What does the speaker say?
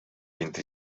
vint